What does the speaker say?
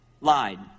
Lied